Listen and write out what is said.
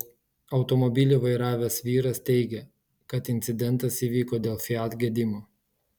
automobilį vairavęs vyras teigė kad incidentas įvyko dėl fiat gedimo